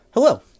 Hello